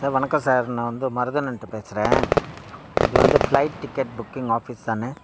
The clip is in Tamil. சார் வணக்கம் சார் நான் வந்து மருதனன்ட்டு பேசுகிறேன் இது வந்து ஃப்ளைட் டிக்கெட் புக்கிங் ஆஃபீஸ் தானே